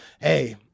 hey